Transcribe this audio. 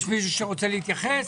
יש מישהו שרוצה להתייחס?